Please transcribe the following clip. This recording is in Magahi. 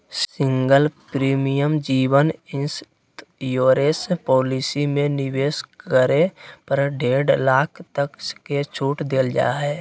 सिंगल प्रीमियम जीवन इंश्योरेंस पॉलिसी में निवेश करे पर डेढ़ लाख तक के छूट देल जा हइ